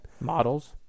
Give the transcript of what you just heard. Models